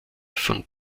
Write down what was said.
von